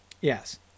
Yes